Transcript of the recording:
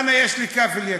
אנא, יש לי "קאפל יתים".